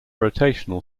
rotational